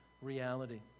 reality